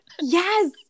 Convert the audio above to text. Yes